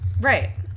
Right